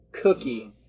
cookie